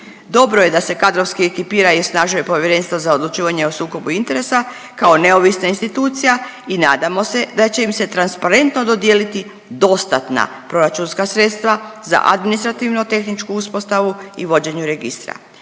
Dobro je da se kadrovski ekipira i osnažuje Povjerenstvo za odlučivanje o sukobu interesa kao neovisna institucija i nadamo se da će im se transparentno dodijeliti dostatna proračunska sredstva za administrativno tehničku uspostavu i vođenju registra.